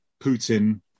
Putin